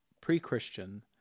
pre-Christian